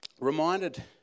reminded